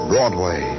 Broadway